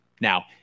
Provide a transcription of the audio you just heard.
Now